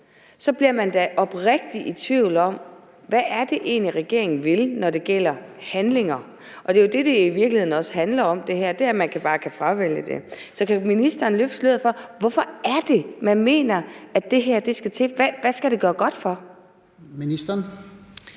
bliver man da oprigtig i tvivl om, hvad det egentlig er, regeringen vil, når det gælder handlinger. Det er jo det, det i virkeligheden også handler om. Det er, at man bare kan fravælge det. Så kan ministeren løfte sløret for, hvorfor det er, man mener, at det her skal til? Hvad skal det gøre godt for? Kl.